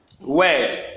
word